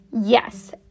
Yes